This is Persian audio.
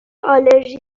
آلرژی